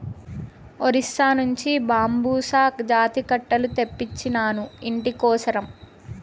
ఒరిస్సా నుంచి బాంబుసా జాతి కట్టెలు తెప్పించినాను, ఇంటి కోసరం